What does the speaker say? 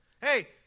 Hey